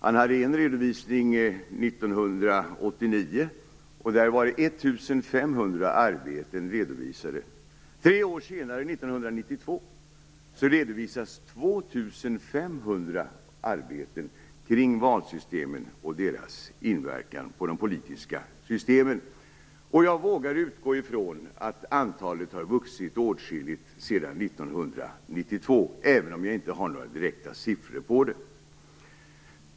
I dennes redovisning 1989 var 1 500 arbeten redovisade. Tre år senare, 1992, redovisades 2 500 arbeten kring valsystemen och deras inverkan på de politiska systemen. Jag vågar utgå från att antalet har vuxit åtskilligt sedan 1992, även om jag inte har några direkta siffror på det.